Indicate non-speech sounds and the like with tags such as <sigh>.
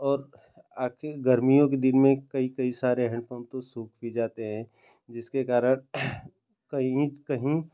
और <unintelligible> गर्मियों के दिन में कई कई सारे हैन्डपम्प तो सूख भी जाते हैं जिसके कारण <unintelligible> कहीं